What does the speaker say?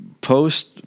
post